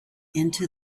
into